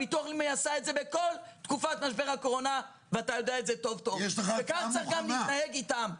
הביטוח הלאומי עשה את זה בתקופת הקורונה וכך צריך להתנהג גם איתם.